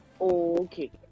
okay